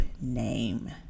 name